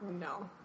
No